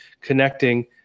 connecting